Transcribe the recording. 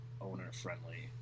owner-friendly